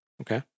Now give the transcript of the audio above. Okay